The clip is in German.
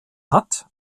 hat